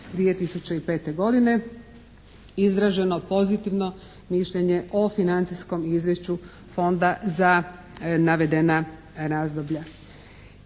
2005. godine izraženo pozitivno mišljenje o financijskom izvješću Fonda za navedena razdoblja.